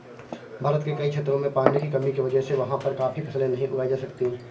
भारत के कई क्षेत्रों में पानी की कमी की वजह से वहाँ पर काफी फसलें नहीं उगाई जा सकती